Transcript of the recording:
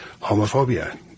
homophobia